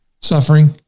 suffering